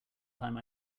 time